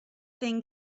thing